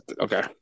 Okay